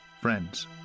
friends